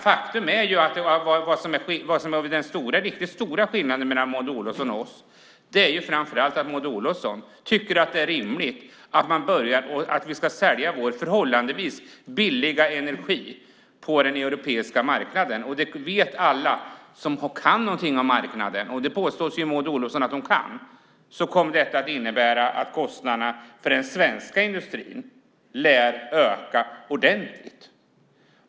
Faktum är att den riktigt stora skillnaden mellan Maud Olofsson och oss framför allt är att Maud Olofsson tycker att det är rimligt att vi ska sälja vår förhållandevis billiga energi på den europeiska marknaden. Det vet alla som kan någonting om marknader, och det påstår ju Maud Olofsson att hon kan, att detta kommer att innebära att kostnaderna för den svenska industrin lär öka ordentligt.